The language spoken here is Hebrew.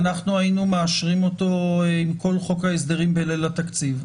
ואנחנו היינו מאשרים אותו עם כל חוק ההסדרים בליל התקציב,